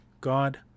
God